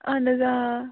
اَہَن حظ آ